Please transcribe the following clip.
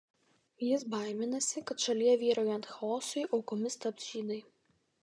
jis baiminasi kad šalyje vyraujant chaosui aukomis taps žydai